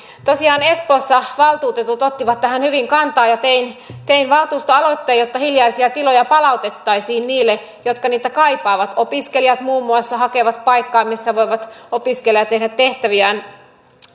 tosiaan espoossa valtuutetut ottivat tähän hyvin kantaa ja tein tein valtuustoaloitteen jotta hiljaisia tiloja palautettaisiin niille jotka niitä kaipaavat opiskelijat muun muassa hakevat paikkaa missä voivat opiskella ja tehdä tehtäviään